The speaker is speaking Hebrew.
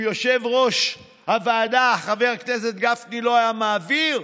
אם יושב-ראש הוועדה חבר הכנסת גפני לא היה מעביר,